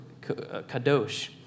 kadosh